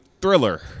thriller